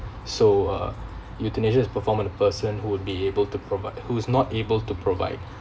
so uh euthanasia is performed and the person who would be able to provide who is not able to provide